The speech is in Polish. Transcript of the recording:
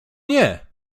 nie